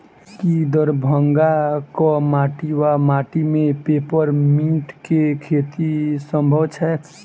की दरभंगाक माटि वा माटि मे पेपर मिंट केँ खेती सम्भव छैक?